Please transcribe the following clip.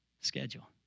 schedule